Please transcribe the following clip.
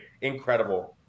Incredible